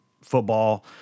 football